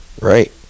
Right